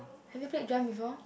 have you played jump before